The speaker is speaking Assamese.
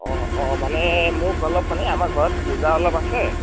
অঁ অঁ মানে মোক অলপ মানে এ আমাৰ ঘৰত পূজা অলপ আছে